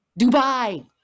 Dubai